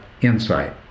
insight